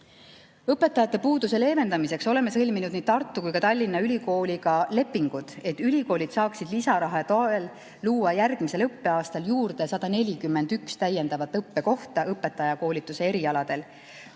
Õpetajate puuduse leevendamiseks oleme sõlminud nii Tartu Ülikooli kui ka Tallinna Ülikooliga lepingud, et ülikoolid saaksid lisaraha toel luua järgmisel õppeaastal juurde 141 täiendavat õppekohta õpetajakoolituse erialadel.